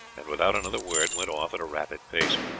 and without another word went off at a rapid pace.